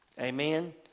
Amen